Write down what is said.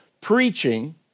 preaching